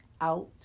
out